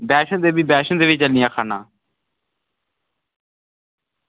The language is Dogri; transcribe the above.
वैष्णो देवी वैष्णो देवी चलने गी आक्खा ना